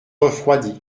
refroidit